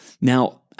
Now